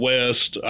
West